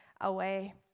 away